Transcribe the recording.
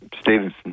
Stevenson